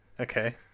Okay